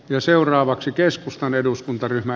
ja seuraavaksi keskustan eduskuntaryhmä